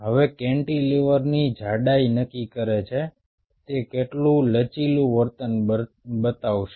હવે કેન્ટિલીવરની જાડાઈ નક્કી કરે છે તે કેટલું લચીલું વર્તન બતાવશે